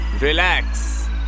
relax